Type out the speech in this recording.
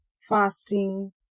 fasting